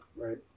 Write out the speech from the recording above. right